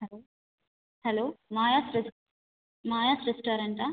hello hello Maya's ரெஸ் மாயாஸ் ரெஸ்டாரண்ட்டா